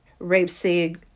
rapeseed